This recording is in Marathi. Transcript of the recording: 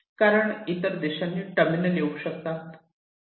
कारण इतर दिशांनी टर्मिनल येऊ शकतात